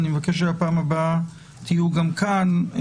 אני מבקש שבפעם הבאה תהיו גם כאן.